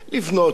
להשקיע,